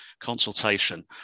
consultation